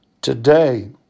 today